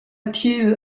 thil